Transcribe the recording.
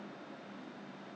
what was that item